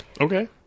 Okay